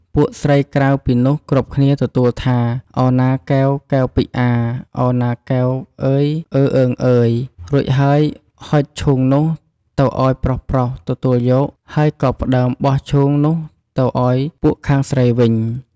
ពួកស្រីក្រៅពីនោះគ្រប់គ្នាទទួលថា «ឱណាកែវកែវពិអា ឱណាកែវ អឺយ អឺអឺងអឺយ!» រួចហើយហុចឈូងនោះទៅអោយប្រុសៗ ទទួយក ហើយក៏ផ្ដើមបោះឈូងនោះទៅអោយពួកខាងស្រីវិញ។